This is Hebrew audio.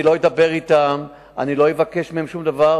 אני לא אדבר אתם, אני לא אבקש מהם שום דבר.